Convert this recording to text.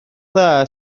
dda